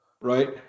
Right